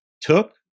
took